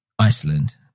Iceland